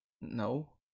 No